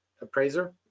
appraiser